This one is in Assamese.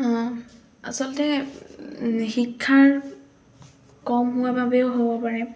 আচলতে শিক্ষাৰ কম হোৱা বাবেও হ'ব পাৰে